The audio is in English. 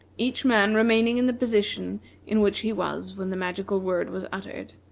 each man remaining in the position in which he was when the magical word was uttered.